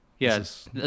Yes